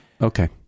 Okay